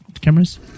cameras